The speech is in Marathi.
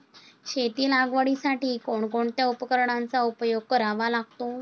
शेती लागवडीसाठी कोणकोणत्या उपकरणांचा उपयोग करावा लागतो?